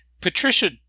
Patricia